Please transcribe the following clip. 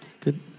Good